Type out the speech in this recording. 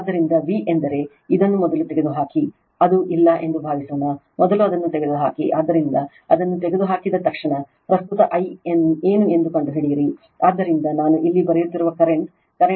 ಆದ್ದರಿಂದ v ಆದ್ದರಿಂದ ಇದು ಪ್ರಸ್ತುತ I